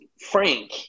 Frank